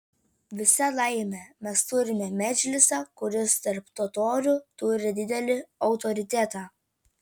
visa laimė mes turime medžlisą kuris tarp totorių turi didelį autoritetą